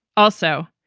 also,